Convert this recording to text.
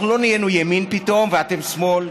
אנחנו לא נהיינו ימין פתאום, ואתם, שמאל.